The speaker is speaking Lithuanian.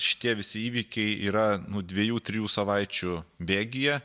šitie visi įvykiai yra nu dviejų trijų savaičių bėgyje